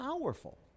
powerful